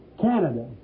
Canada